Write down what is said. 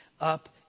up